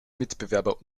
mitbewerber